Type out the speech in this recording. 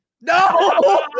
No